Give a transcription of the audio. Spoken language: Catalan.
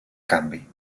canvi